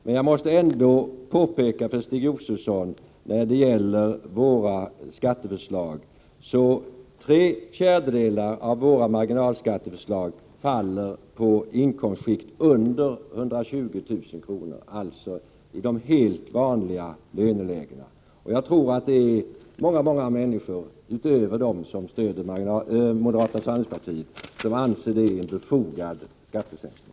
Men jag måste ändå påpeka för Stig Josefson att tre fjärdedelar av våra marginalskatteförslag faller på inkomstskikt under 120 000 kr., alltså i de helt vanliga lönelägena. Jag tror att många många människor utöver dem som stöder moderata samlingspartet anser att det är en befogad skattesänkning.